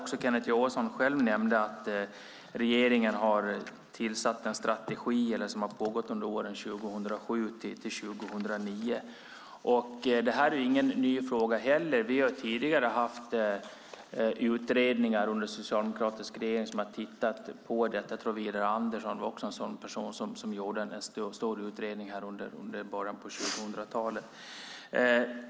Kenneth Johansson nämnde att regeringen har en strategi som pågått åren 2007-2009. Det här är ingen ny fråga. Vi har tidigare under den socialdemokratiska regeringen haft utredningar som tittat på detta. Jag tror att Widar Andersson gjorde en stor utredning i början av 2000-talet.